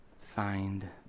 find